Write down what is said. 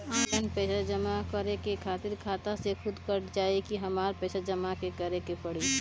Online पैसा जमा करे खातिर खाता से खुदे कट जाई कि हमरा जमा करें के पड़ी?